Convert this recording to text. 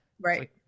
Right